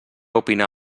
opinar